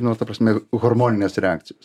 nu ta prasme hormoninės reakcijos